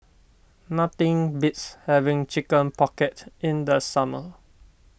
nothing beats having Chicken Pocket in the summer